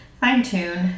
fine-tune